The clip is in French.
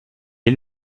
est